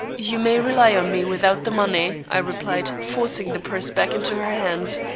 you may rely on me without the money, i replied, forcing the purse back into her hand.